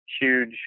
huge